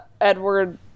edward